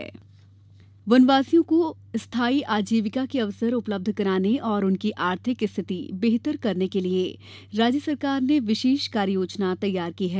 वनवासी रोजगार वनवासियों को स्थाई आजीविका के अवसर उपलब्ध कराने और उनकी आर्थिक रिथति बेहतर करने के लिए राज्य शासन ने विशेष कार्य योजना तैयार की है